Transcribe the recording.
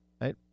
right